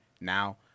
now